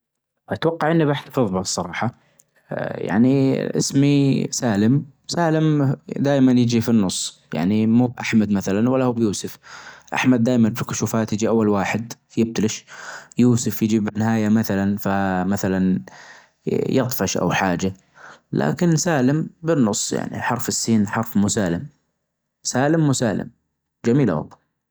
الشخص العادي في مدينتي ينفق تجريبًا ثلاث مئة إلى اربع مئة ريال أسبوعيًا على الطعام، يعني حوالي الف ومئتين إلى الف وست مئة ريال شهريًا طبعًا هالشي يعتمد على نمط الحياة، إذا كان يأكل خارج البيت كثير أو يعتمد على الأكل المنزلي.